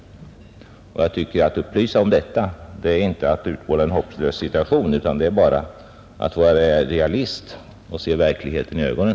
Att man upplyser om detta innebär inte att man utmålar en hopplös situation, utan det innebär bara att man är realist och ser verkligheten i ögonen.